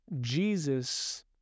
Jesus